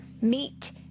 meet